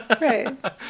Right